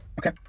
okay